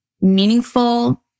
meaningful